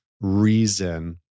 reason